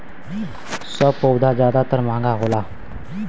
सब पउधा जादातर महंगा होला